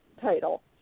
title